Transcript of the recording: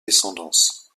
descendance